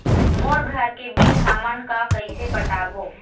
मोर घर के बिल हमन का कइसे पटाबो?